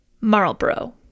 Marlborough